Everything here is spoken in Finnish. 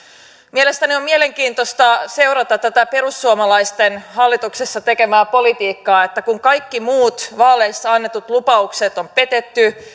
mielestäni on mielenkiintoista seurata tätä perussuomalaisten hallituksessa tekemää politiikkaa että kun kaikki muut vaaleissa annetut lupaukset on petetty